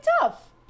tough